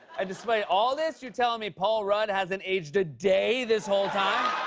and despite all this, you're telling me paul rudd hasn't aged a day this whole time?